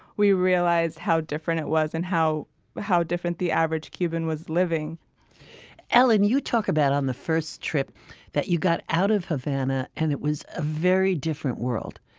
we realized how different it was and how how different the average cuban was living ellen, you talk about on the first trip that you got out of havana and it was a very different world.